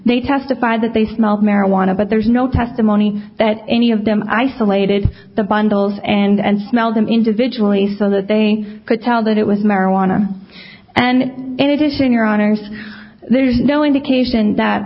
they testified that they smelled marijuana but there's no testimony that any of them isolated the bundles and smelled them individually so that they could tell that it was marijuana and in addition your honour's there's no indication that